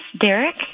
Derek